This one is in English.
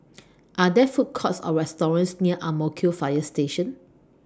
Are There Food Courts Or restaurants near Ang Mo Kio Fire Station